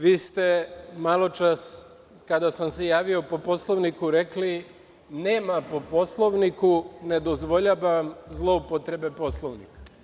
Vi ste maločas, kada sam se javio po Poslovniku, rekli – nema po Poslovniku, ne dozvoljavam zloupotrebe Poslovnika.